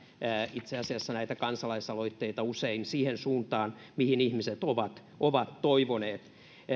itse asiassa näitä kansalaisaloitteita usein siihen suuntaan mihin ihmiset ovat ovat toivoneet